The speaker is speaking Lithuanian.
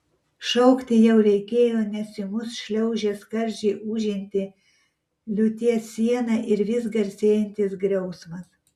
šaukti jau reikėjo nes į mus šliaužė skardžiai ūžianti liūties siena ir vis garsėjantis griausmas